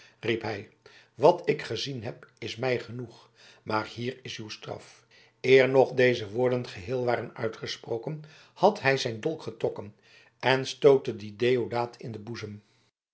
riep hij wat ik gezien heb is mij genoeg maar hier is uw straf eer nog deze woorden geheel waren uitgesproken had hij zijn dolk getrokken en stootte dien deodaat in den boezem